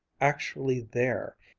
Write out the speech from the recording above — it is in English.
actually there,